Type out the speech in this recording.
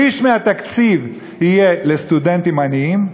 שליש מהתקציב יהיה לסטודנטים עניים,